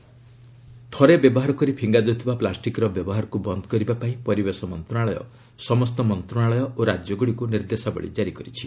LS single use plastic ଥରେ ବ୍ୟବହାର କରି ଫିଙ୍ଗା ଯାଉଥିବା ପ୍ଲାଷ୍ଟିକ୍ର ବ୍ୟବହାରକୁ ବନ୍ଦ କରିବା ପାଇଁ ପରିବେଶ ମନ୍ତ୍ରଣାଳୟ ସମସ୍ତ ମନ୍ତ୍ରଣାଳୟ ଓ ରାଜ୍ୟଗୁଡ଼ିକୁ ନିର୍ଦ୍ଦେଶାବଳୀ ଜାରି କରିଛି